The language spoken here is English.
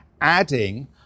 adding